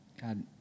God